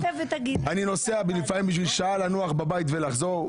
אני נוסע כדי לנוח בבית שעה ולחזור.